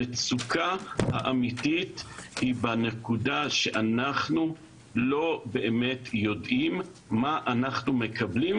המצוקה האמיתית היא בכך שאנחנו לא באמת יודעים מה אנחנו מקבלים,